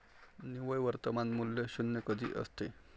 निव्वळ वर्तमान मूल्य शून्य कधी असते?